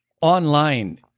online